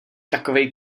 takovej